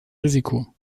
risiko